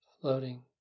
floating